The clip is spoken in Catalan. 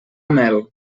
mel